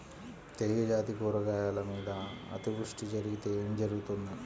తీగజాతి కూరగాయల మీద అతివృష్టి జరిగితే ఏమి జరుగుతుంది?